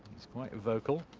it's quite vocal.